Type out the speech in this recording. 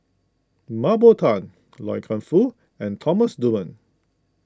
Mah Bow Tan Loy Keng Foo and Thomas Dunman